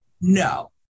No